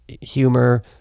humor